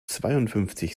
zweiundfünfzig